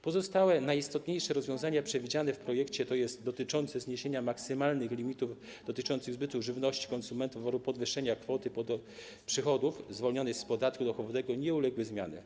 Pozostałe najistotniejsze rozwiązania przewidziane w projekcie, tj. dotyczące zniesienia maksymalnych limitów dotyczących zbytu żywności konsumentom oraz podwyższenia kwoty przychodów zwolnionej z podatku dochodowego, nie uległy zmianie.